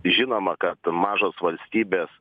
žinoma kad mažos valstybės